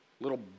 little